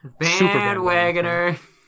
bandwagoner